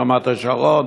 רמת-השרון.